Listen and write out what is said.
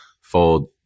fold